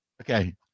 okay